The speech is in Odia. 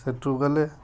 ସେଠୁ ଗଲେ